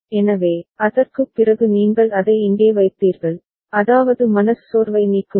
எனவே அதற்குப் பிறகு நீங்கள் அதை இங்கே வைத்தீர்கள் அதாவது மனச்சோர்வை நீக்குங்கள்